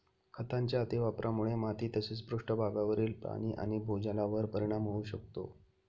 खतांच्या अतिवापरामुळे माती तसेच पृष्ठभागावरील पाणी आणि भूजलावर परिणाम होऊ शकतो